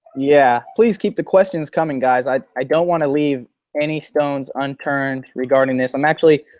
yeah please keep the questions coming guys. i i don't want to leave any stones unturned regarding this. i'm actually.